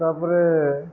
ତାପରେ